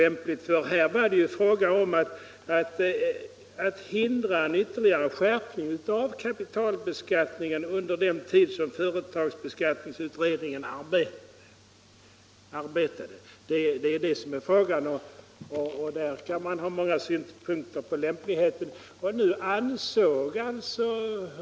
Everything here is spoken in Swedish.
Det gällde här att hindra ytterligare skärpning av kapitalbeskattningen under den tid som företagsbeskattningsutredningen arbetade. I den frågan kan man ha många synpunkter på lämpligheten.